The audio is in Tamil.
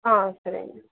ஆ சரிங்க